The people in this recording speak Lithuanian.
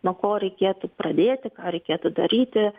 nuo ko reikėtų pradėti ar reikėtų daryti